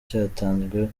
cyatanzwe